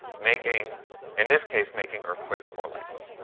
making in this case, making earthquakes more likely.